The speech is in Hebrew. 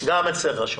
גם אצלך רשום.